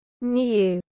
new